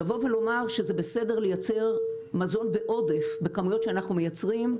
לבוא ולומר שזה בסדר לייצר מזון בעודף בכמויות שאנחנו מייצרים,